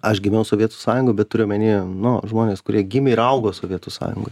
aš gimiau sovietų sąjungoj bet turiu omeny nu žmonės kurie gimė ir augo sovietų sąjungoj